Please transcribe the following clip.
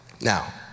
Now